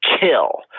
kill